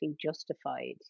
justified